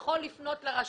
יכול לפנות לרשות?